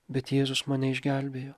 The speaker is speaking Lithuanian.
bet jėzus mane išgelbėjo